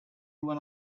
when